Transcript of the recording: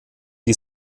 die